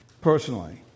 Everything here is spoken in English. personally